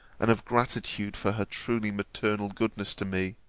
and of gratitude for her truly maternal goodness to me